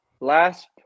last